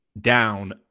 down